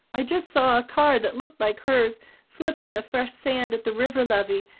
i just saw a car that looked like hers slip in the fresh sand at the river levee,